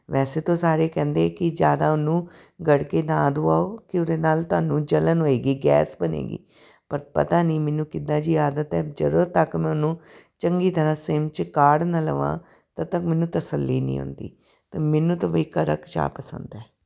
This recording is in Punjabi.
ਵੈਸੇ ਤਾਂ ਸਾਰੇ ਕਹਿੰਦੇ ਕਿ ਜ਼ਿਆਦਾ ਉਹਨੂੰ ਗੜਕੇ ਨਾ ਦਿਵਾਓ ਕਿਉਂ ਉਹਦੇ ਨਾਲ ਤੁਹਾਨੂੰ ਜਲਨ ਹੋਏਗੀ ਗੈਸ ਬਣੇਗੀ ਪਰ ਪਤਾ ਨਹੀਂ ਮੈਨੂੰ ਕਿੱਦਾਂ ਜਿਹੀ ਆਦਤ ਹੈ ਜਦੋਂ ਤੱਕ ਮੈਂ ਉਹਨੂੰ ਚੰਗੀ ਤਰ੍ਹਾਂ ਸਿਮ 'ਚ ਕਾੜ੍ਹ ਨਾ ਲਵਾਂ ਤਦ ਤਕ ਮੈਨੂੰ ਤਸੱਲੀ ਨਹੀਂ ਹੁੰਦੀ ਤਾਂ ਮੈਨੂੰ ਤਾਂ ਬਈ ਕੜਕ ਚਾਹ ਪਸੰਦ ਹੈ